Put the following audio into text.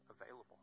available